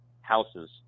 houses